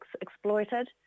exploited